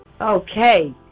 Okay